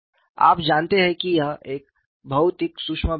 आप जानते हैं कि यह एक बहुत ही सूक्ष्म बिंदु है